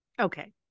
Okay